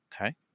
Okay